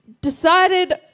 decided